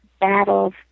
battles